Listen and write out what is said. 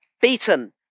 beaten